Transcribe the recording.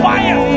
Fire